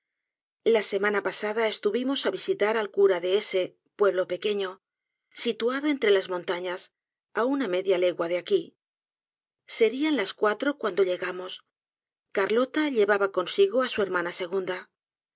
la semana pasada estuvimos á visitar al cura d e s pueblo pequeño situado entre las montañas á una media legua de aqui serian las cuatro cuando llegamos carlota llevaba consigo á su hermana segunda